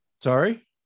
Sorry